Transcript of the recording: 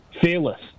Fearless